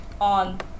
on